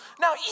Now